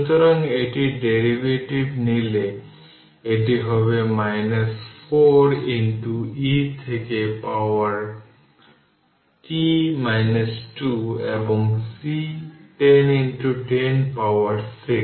সুতরাং এটির ডেরিভেটিভ নিলে এটি হবে 4 e থেকে পাওয়ার t 2 এবং C 10 10 পাওয়ার 6